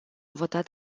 votat